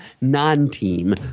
non-team